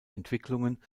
entwicklungen